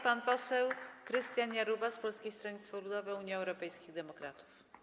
Pan poseł Krystian Jarubas, Polskie Stronnictwo Ludowe - Unia Europejskich Demokratów.